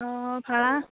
অঁ ভাৰা